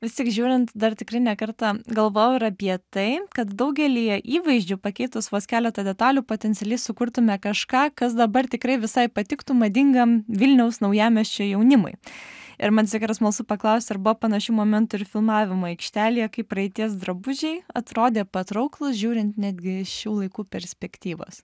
vis tik žiūrint dar tikrai ne kartą galvojau ir apie tai kad daugelyje įvaizdžių pakeitus vos keletą detalių potencialiai sukurtume kažką kas dabar tikrai visai patiktų madingam vilniaus naujamiesčio jaunimui ir man tiesiog yra smalsu paklausti ar buvo panašių momentų ir filmavimo aikštelėje kai praeities drabužiai atrodė patrauklūs žiūrint netgi iš šių laikų perspektyvos